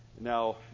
Now